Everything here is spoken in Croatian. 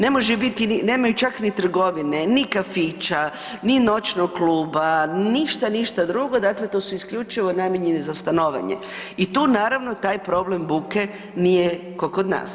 Ne možete biti, nemaju čak ni trgovine ni kafića ni noćnog kluba, ništa, ništa drugo, dakle, to su isključivo namijenjeni za stanovanje i tu naravno, taj problem buke nije kao kod nas.